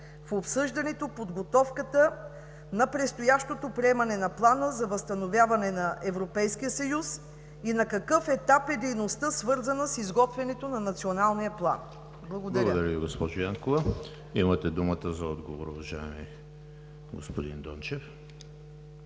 в обсъждането, подготовката за предстоящото приемане на Плана за възстановяване на Европейския съюз и на какъв етап е дейността, свързана с изготвянето на националния план? Благодаря. ПРЕДСЕДАТЕЛ ЕМИЛ ХРИСТОВ: Благодаря Ви, госпожо Янкова. Имате думата за отговор, уважаеми господин Дончев.